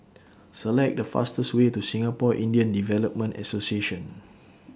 Select The fastest Way to Singapore Indian Development Association